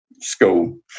school